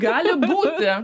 gali būti